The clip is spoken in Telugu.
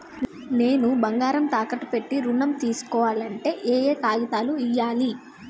నేను బంగారం తాకట్టు పెట్టి ఋణం తీస్కోవాలంటే ఏయే కాగితాలు ఇయ్యాలి?